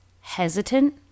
hesitant